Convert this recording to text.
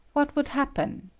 what would happen?